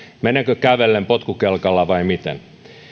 menenkö kävellen potkukelkalla vai miten